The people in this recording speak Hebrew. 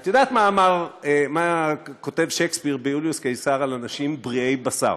את יודעת מה כותב שייקספיר ביוליוס קיסר על אנשים בריאי בשר,